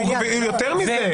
יותר מזה.